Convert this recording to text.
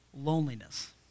loneliness